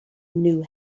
knew